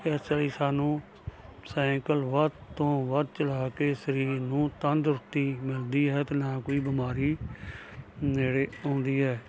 ਇਸ ਲਈ ਸਾਨੂੰ ਸਾਈਂਕਲ ਵੱਧ ਤੋਂ ਵੱਧ ਚਲਾ ਕੇ ਸਰੀਰ ਨੂੰ ਤੰਦਰੁਸਤੀ ਮਿਲਦੀ ਹੈ ਅਤੇ ਨਾ ਕੋਈ ਬਿਮਾਰੀ ਨੇੜੇ ਆਉਂਦੀ ਹੈ